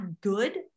good